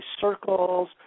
circles